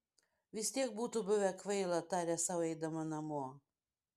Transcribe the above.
vis tiek būtų buvę kvaila tarė sau eidama namo